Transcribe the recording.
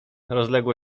rozlegało